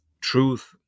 truth